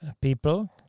people